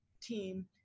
team